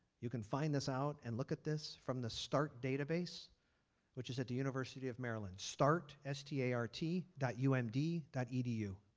you can find this out and look at this from the start database which is at the university of maryland. start s t a r t dot u m d dot e d u.